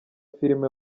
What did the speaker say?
filime